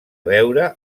veure